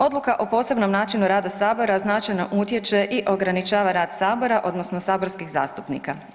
Odluka o posebnom načinu rada sabora značajno utječe i ograničava rad sabora odnosno saborskih zastupnika.